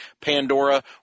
Pandora